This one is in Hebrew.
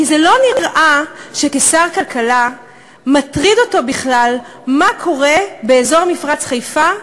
כי לא נראה שכשר הכלכלה מטריד אותו בכלל מה קורה באזור מפרץ חיפה,